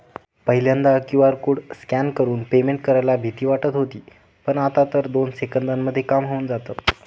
पहिल्यांदा QR code scan करून payment करायला भीती वाटत होती पण, आता तर दोन सेकंदांमध्ये काम होऊन जातं